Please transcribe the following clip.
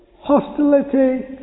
hostility